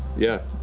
yeah.